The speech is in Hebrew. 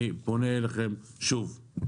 אני פונה אליכם שוב.